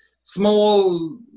small